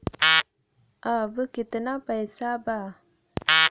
अब कितना पैसा बा?